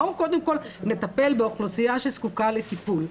בואו קודם כל נטפל באוכלוסייה שזקוקה לטיפול,